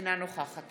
אינה נוכחת